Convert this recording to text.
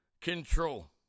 control